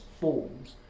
forms